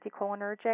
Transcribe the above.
anticholinergic